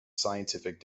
scientific